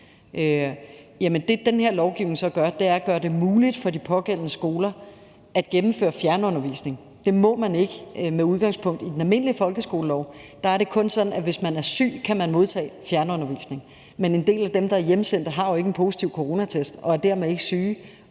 på de pågældende skoler – er det muligt for de pågældende skoler at gennemføre fjernundervisning. Det må man som udgangspunkt ikke i den almindelige folkeskolelov. Der er det sådan, at kun hvis man er syg, kan man modtage fjernundervisning. Men en del af dem, der er hjemsendt, har jo ikke en positiv coronatest og er dermed ikke syge